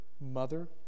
mother